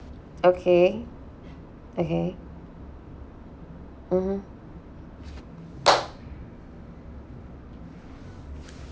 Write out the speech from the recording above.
okay okay mmhmm